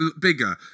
bigger